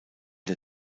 der